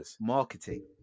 marketing